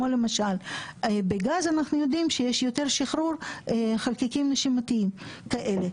למשל בגז אנחנו יודעים שיש יותר שחרור של חלקיקים נשימתיים כאלה.